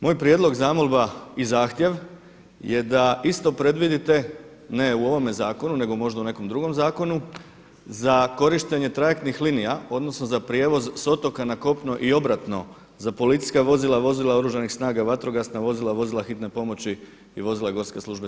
Moj prijedlog, zamolba i zahtjev je da isto predvidite ne u ovome zakonu nego možda u nekom drugom zakonu za korištenje trajektnih linija odnosno za prijevoz s otoka na kopno i obratno za policijska vozila, vozila oružanih snaga, vatrogasna vozila, vozila hitne pomoći i vozila GSS-a.